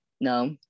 no